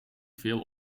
veel